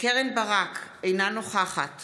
קרן ברק, אינה נוכחת